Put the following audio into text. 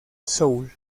soul